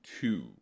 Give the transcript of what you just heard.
two